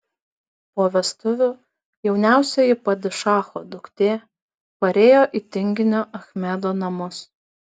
po vestuvių jauniausioji padišacho duktė parėjo į tinginio achmedo namus